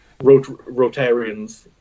Rotarians